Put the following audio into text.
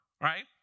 right